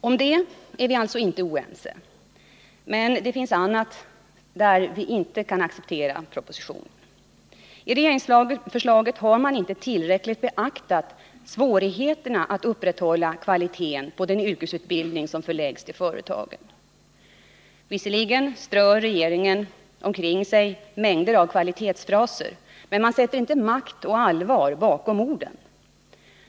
Om detta råder det alltså inte någon oenighet, men det finns avsnitt där vi inte kan acceptera propositionen. I regeringsförslaget har man inte tillräckligt beaktat svårigheterna att upprätthålla kvaliteten på den yrkesutbildning som förläggs till företag. Visserligen strör regeringen omkring sig en mängd kvalitetsfraser, men man sätter inte makt och allvar bakom orden.